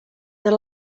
they